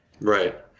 Right